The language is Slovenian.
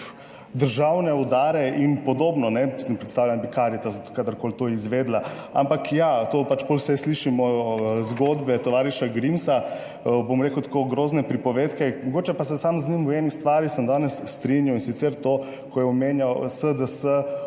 državne udare ipd. Si ne predstavljam, da bi Karitas kadarkoli to izvedela, ampak ja, to pač pol saj slišimo zgodbe tovariša Grimsa, bom rekel tako grozne pripovedke, mogoče pa se samo z njim, v eni stvari sem danes strinjal in sicer to, ko je omenjal SDS